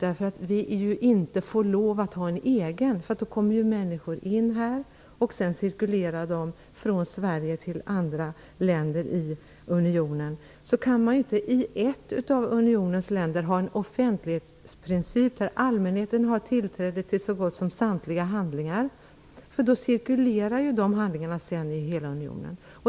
Vi får ju inte lov att ha en egen, därför att människor då kommer in i Sverige och från Sverige cirkulerar till andra länder i unionen. Hur kan man då i ett av unionens länder ha en offentlighetsprincip med tillträde för allmänheten till så gott som samliga handlingar? Dessa handlingar skulle ju då kunna cirkulera i hela unionen.